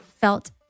felt